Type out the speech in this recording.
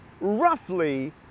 roughly